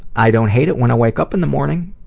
i don't hate it when i wake up in the morning.